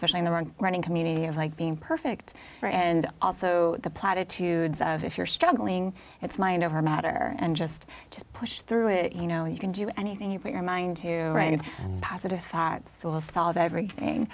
socially their own running community of like being perfect and also the platitudes of if you're struggling it's mind over matter and just just push through it you know you can do anything you put your mind to right and positive thoughts will solve everything